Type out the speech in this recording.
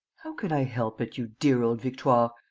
how can i help it, you dear old victoire?